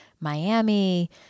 Miami